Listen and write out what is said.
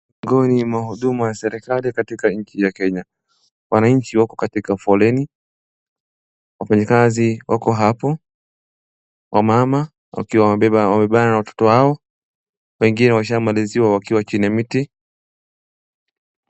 Huyu ni mhudumu wa serikali katika nchi ya Kenya, wananchi wako katika foleni, wafanyikazi wako hapo, wamama wakiwa wamebebana na watoto wao, wengine washamaliziwa wakiwa chini ya miti.